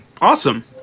Awesome